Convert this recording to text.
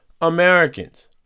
Americans